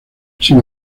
sin